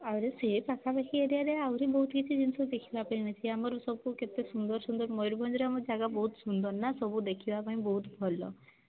ଆହୁରି ସିଏ ପାଖାପାଖି ଏରିଆରେ ଆହୁରି ବହୁତ କିଛି ଜିନଷ ଦେଖିବା ପାଇଁ ଅଛି ଆମର ସବୁ କେତେ ସୁନ୍ଦର ସୁନ୍ଦର ମୟୁରଭଞ୍ଜରେ ଆମର ଜାଗା ବହୁତ ସୁନ୍ଦର ନାଁ ସବୁ ଦେଖିବା ପାଇଁ ବହୁତ ଭଲ